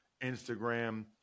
Instagram